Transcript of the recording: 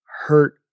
hurt